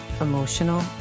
emotional